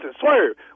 Swerve